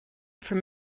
from